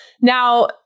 now